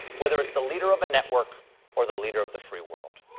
whether it's the leader of a network or the leader of the free world